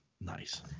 Nice